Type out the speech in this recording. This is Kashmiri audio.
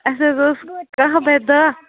اَسہِ حظ ٲسۍ کَہہ بَے دَہ